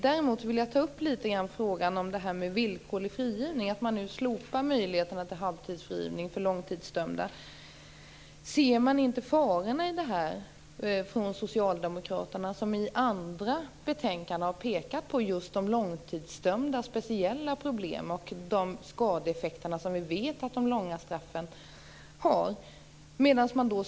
Däremot vill jag ta upp frågan om villkorlig frigivning. Nu slopas möjligheten till halvtidsfrigivning för långtidsdömda. Ser inte socialdemokraterna faran i detta? I andra betänkanden har socialdemokraterna pekat just på de långtidsdömdas speciella problem och de skadeeffekter som de långa straffen har.